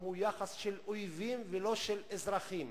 הוא יחס של אויבים ולא של אזרחים.